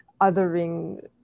othering